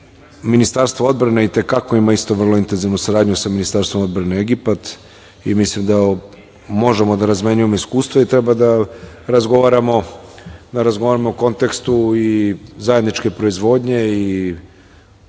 IT.Ministarstvo odbrane i te kako ima vrlo intenzivnu saradnju sa Ministarstvom odbrane Egipat, i mislim da možemo da razmenjujemo iskustva, i da razgovaramo u kontekstu i zajedničke proizvodnje i